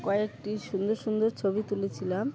কয়েকটি সুন্দর সুন্দর ছবি তুলেছিলাম